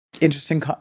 interesting